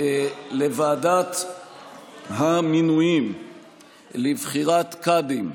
לוועדת המינויים לבחירת קאדים: